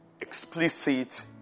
explicit